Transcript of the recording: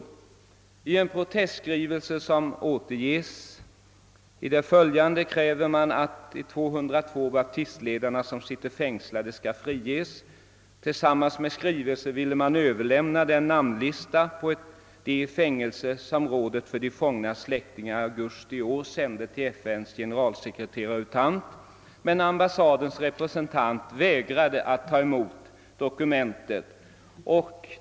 I en protestskrivelse kräver man att de 202 baptistledare, som sitter fängslade, skall friges. Tillsammans med skrivelsen ville man överlämna den namnlista på de fängslade som »rådet för de fångnas släktingar» i augusti i år sände till FN:s generalsekreterare U Thant. Men ambassadens representant vägrade att ta emot dokumenten.